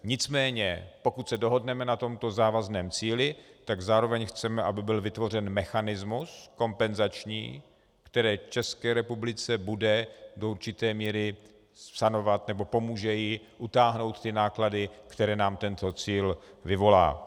Nicméně pokud se dohodneme na tomto závazném cíli, tak zároveň chceme, aby byl vytvořen kompenzační mechanismus, který České republice bude do určité míry sanovat, nebo pomůže jít utáhnout náklady, které nám tento cíl vyvolá.